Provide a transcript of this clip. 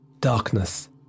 Darkness